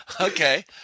Okay